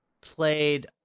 played